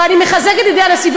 ואני מחזקת את ידי הנשיא.